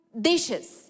dishes